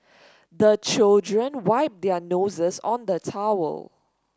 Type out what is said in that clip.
the children wipe their noses on the towel